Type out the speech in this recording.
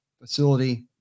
facility